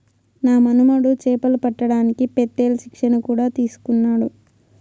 నా మనుమడు చేపలు పట్టడానికి పెత్తేల్ శిక్షణ కూడా తీసుకున్నాడు